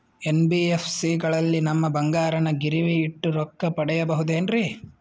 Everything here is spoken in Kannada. ಎನ್.ಬಿ.ಎಫ್.ಸಿ ಗಳಲ್ಲಿ ನಮ್ಮ ಬಂಗಾರನ ಗಿರಿವಿ ಇಟ್ಟು ರೊಕ್ಕ ಪಡೆಯಬಹುದೇನ್ರಿ?